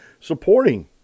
supporting